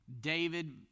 David